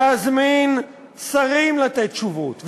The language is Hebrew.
להזמין שרים לתת תשובות,